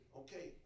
okay